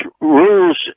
rules